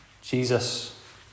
Jesus